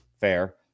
Fair